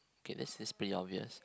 okay this is pretty obvious